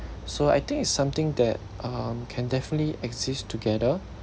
so I think it's something that um can definitely exist together